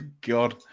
God